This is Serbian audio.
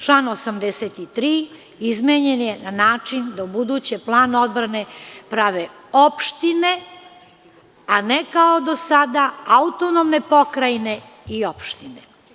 Član 83. izmenjen je na način da ubuduće plan odbrane prave opštine, a ne kao do sada autonomne pokrajine i opštine.